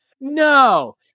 No